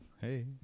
Hey